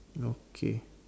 okay